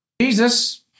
Jesus